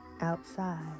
outside